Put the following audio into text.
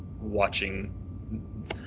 watching